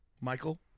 Michael